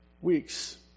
weeks